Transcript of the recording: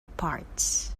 parts